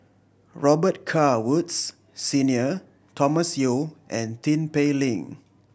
Robet Carr Woods Senior Thomas Yeo and Tin Pei Ling